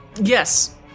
yes